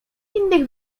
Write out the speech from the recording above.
innych